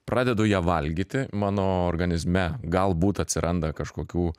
pradedu ją valgyti mano organizme galbūt atsiranda kažkokių